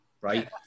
right